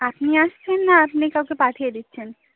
আপনি আসছেন না আপনি কাউকে পাঠিয়ে দিচ্ছেন